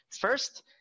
First